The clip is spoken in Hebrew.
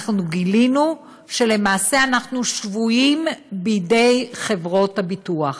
גילינו שלמעשה אנחנו שבויים בידי חברות הביטוח.